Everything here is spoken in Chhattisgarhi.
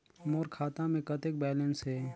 मोर खाता मे कतेक बैलेंस हे?